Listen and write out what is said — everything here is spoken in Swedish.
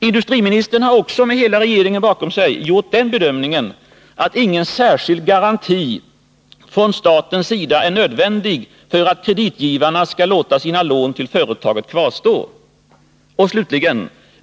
Industriministern har också med hela regeringen bakom sig gjort den bedömningen att ingen särskild garanti från statens sida är nödvändig för att kreditgivarna skall låta sina lån till företaget kvarstå.